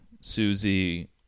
Susie